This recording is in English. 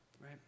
right